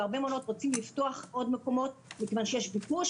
והרבה מעונות רוצים לפתוח עוד מקומות מכיוון שיש ביקוש,